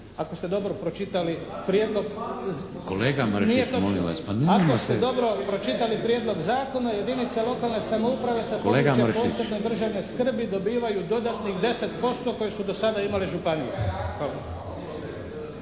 Ako ste dobro pročitali prijedlog …… /Upadica se ne čuje./ … Nije točno. Ako ste dobro pročitali prijedlog zakona, jedinice lokalne samouprave sa područja posebne državne skrbi dobivaju dodatnih 10% koje su do sada imale županije.